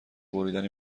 بریدن